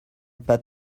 pas